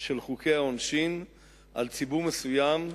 של חוקי העונשין על ציבור מסוים,